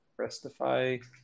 Restify